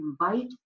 invite